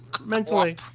mentally